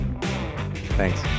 Thanks